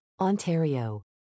Ontario